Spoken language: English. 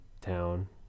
town